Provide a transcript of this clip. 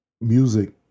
music